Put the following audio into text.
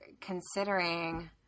considering